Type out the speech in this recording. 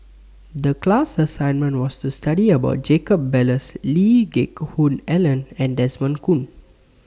The class assignment was to study about Jacob Ballas Lee Geck Hoon Ellen and Desmond Kon